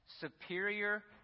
superior